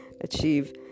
achieve